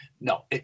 no